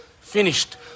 Finished